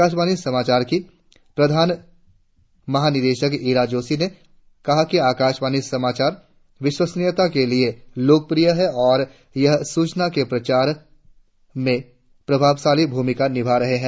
आकाशवाणी समाचार की प्रधान महानिदेशक ईरा जोशी ने कहा कि आकाशवाणी समाचार विश्वसनीता के लिए लोकप्रिय है और यह सूचना के प्रचार में प्रभावशाली भूमिका निभा रहे हैं